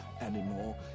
anymore